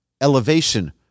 elevation